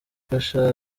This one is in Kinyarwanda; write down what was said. ifasha